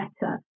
better